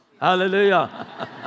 Hallelujah